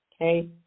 Okay